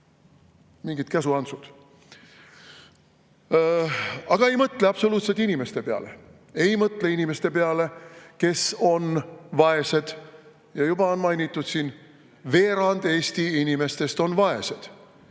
mingid Käsu Hansud. Aga ei mõtle absoluutselt inimeste peale. Ei mõtle inimeste peale, kes on vaesed. Juba siin mainiti: veerand Eesti inimestest on vaesed.